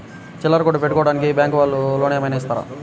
చిల్లర కొట్టు పెట్టుకోడానికి బ్యాంకు వాళ్ళు లోన్ ఏమైనా ఇస్తారా?